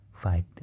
fight